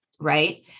right